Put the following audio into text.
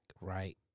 Right